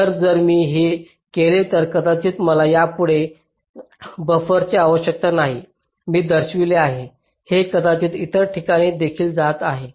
तर जर मी हे केले तर कदाचित मला यापुढे यापुढे बफरची आवश्यकता नाही मी दर्शवित नाही हे कदाचित इतर ठिकाणी देखील जात आहे